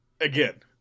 again